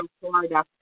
Florida